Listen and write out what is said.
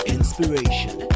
Inspiration